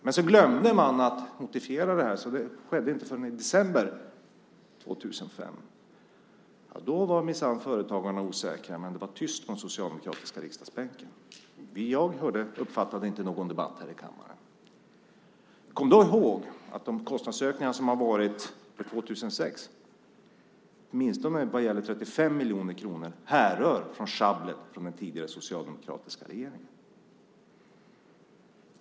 Men man glömde att notifiera det här, så det skedde inte förrän i december 2005. Då var minsann företagarna osäkra, men det var tyst från den socialdemokratiska riksdagsbänken. Jag uppfattade då inte någon debatt här i kammaren. Kom ihåg att de kostnadsökningar som har varit under 2006, åtminstone vad gäller 35 miljoner kronor, härrör från schabblet från den tidigare socialdemokratiska regeringen!